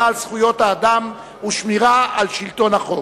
על זכויות האדם ובשמירה על שלטון החוק.